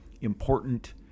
important